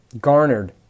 garnered